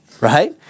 right